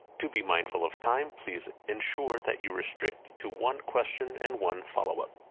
to be mindful of time, please ensure that you restrict to one question and one follow up.